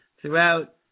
throughout